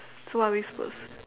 so what are we supposed